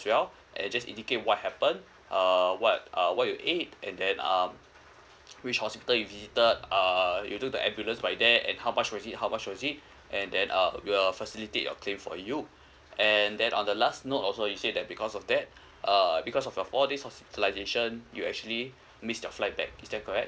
as well and just indicate what happened uh what uh what you ate and then um which hospital you you visited uh you took the ambulance by there and how much was it how much was it and then uh your facility will claim for you and then on the last note also you say that because of that uh because of your four days hospitalization you actually missed your flight back is that correct